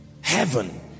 heaven